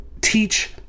teach